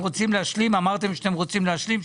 אמרתם שאתם רוצים להשלים.